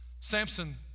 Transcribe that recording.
Samson